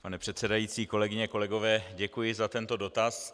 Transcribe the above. Pane předsedající, kolegyně, kolegové, děkuji za tento dotaz.